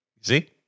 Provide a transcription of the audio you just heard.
See